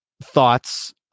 thoughts